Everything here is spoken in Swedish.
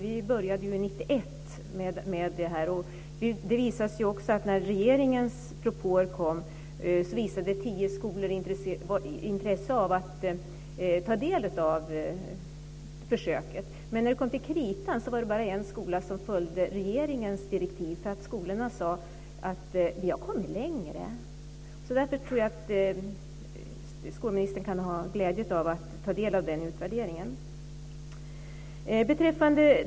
Vi började ju 1991 med det här, och när regeringens propåer kom visade tio skolor intresse av att ta del av försöket, men när det kom till kritan var det bara en skola som följde regeringens direktiv. Skolorna sade nämligen att de hade kommit längre. Därför tror jag att skolministern kan ha glädje av att ta del av den utvärderingen.